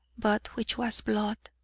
but which was blood.